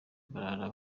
barara